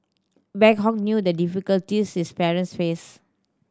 Boon Hock knew the difficulties his parents faced